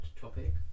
topic